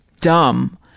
dumb